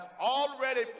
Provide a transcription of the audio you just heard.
already